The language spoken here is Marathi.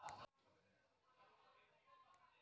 राष्ट्रीय कुटुंब अर्थसहाय्य योजनेसाठी अर्ज कसा करावा?